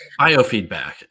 Biofeedback